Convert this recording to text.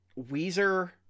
Weezer